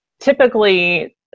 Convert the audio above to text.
typically